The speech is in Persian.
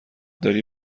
داری